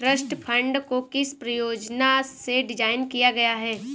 Trust fund को किस प्रयोजन से डिज़ाइन किया गया है?